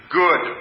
good